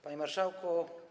Panie Marszałku!